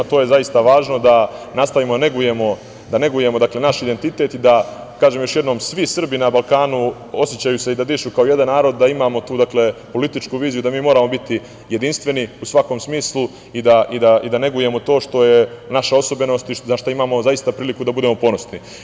To je zaista važno da nastavimo da negujemo naš identitet i da, kažem još jednom, svi Srbi na Balkanu osećaju se da dišu kao jedan narod, da imamo političku viziju da mi moramo biti jedinstveni u svakom smislu i da negujemo to što je naša osobenost i za šta imamo zaista priliku da budemo ponosni.